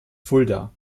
fulda